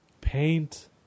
Paint